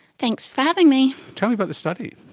thanks for having me. tell me about the study.